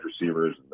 receivers